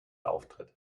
auftritt